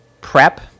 prep